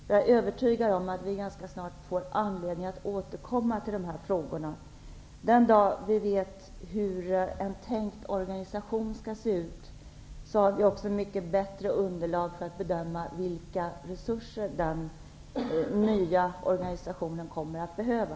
Jag är övertygad om att vi ganska snart får anledning att återkomma till dessa frågor. Den dag vi vet hur en tänkt organisation skall se ut, har vi också mycket bättre underlag för att bedöma vilka resurser den nya organisationen kommer att behöva.